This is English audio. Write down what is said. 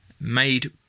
made